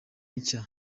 nshya